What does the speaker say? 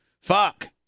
fuck